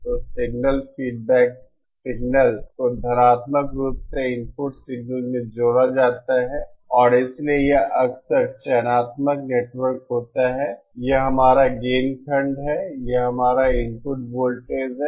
तो signal feedback signal को धनात्मक रूप से इनपुट सिग्नल में जोड़ा जाता है और इसलिए यह अक्सर चयनात्मक नेटवर्क होता है यह हमारा गेन खंड है यह हमारा इनपुट वोल्टेज है